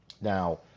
Now